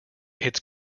its